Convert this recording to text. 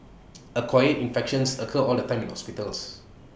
acquired infections occur all the time in hospitals